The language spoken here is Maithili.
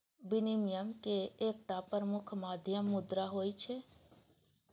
विनिमय के एकटा प्रमुख माध्यम मुद्रा होइ छै